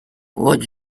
what